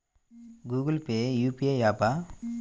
Google Pay UPI య్యాపా?